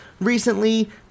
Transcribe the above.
Recently